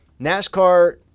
NASCAR